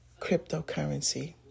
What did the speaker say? cryptocurrency